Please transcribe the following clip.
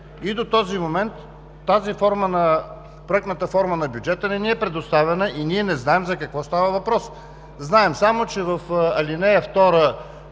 и до този момент проектната форма на бюджета не ни е предоставена и не знаем за какво става въпрос. Знаем само, че в ал. 2,